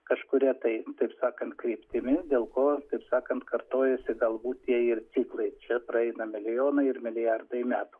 kažkuria tai taip sakant kryptimi dėl ko taip sakant kartojasi galbūt tie ir ciklai čia praeina milijonai ir milijardai metų